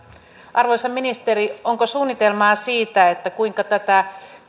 arvoisa ministeri onko suunnitelmaa siitä kuinka tätä